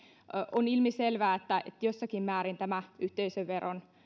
on ilmiselvää että jossakin määrin tämä yhteisöveron